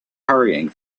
hurrying